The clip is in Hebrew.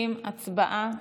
60. הצבעה.